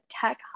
tech